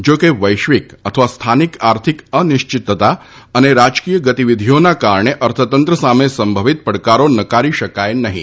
જો કે વૈશ્વિક અથવા સ્થાનિક આર્થિક અનિશ્વિતતા અને રાજકીય ગતિવિધિઓના કારણે અર્થતંત્ર સામે સંભવિત પડકારો નકારી શકાય નહીં